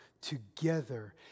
together